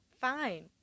fine